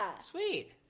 Sweet